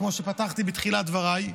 כמו שפתחתי בתחילת דבריי,